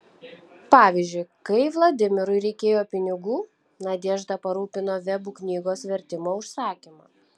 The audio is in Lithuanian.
pavyzdžiui kai vladimirui reikėjo pinigų nadežda parūpino vebų knygos vertimo užsakymą